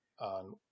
on